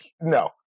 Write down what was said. No